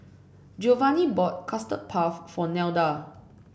Geovanni bought Custard Puff for Nelda